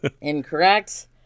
incorrect